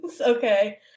Okay